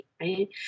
right